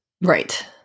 Right